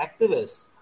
activists